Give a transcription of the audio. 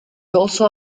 also